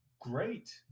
great